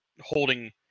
holding